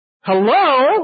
Hello